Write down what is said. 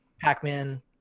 Pac-Man